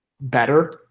better